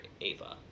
Ava